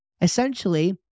essentially